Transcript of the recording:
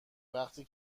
وقتی